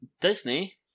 Disney